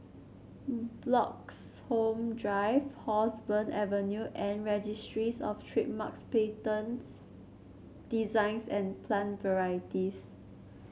Bloxhome Drive Roseburn Avenue and Registries Of Trademarks Patents Designs and Plant Varieties